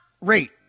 rate